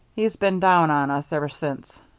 he's been down on us ever since.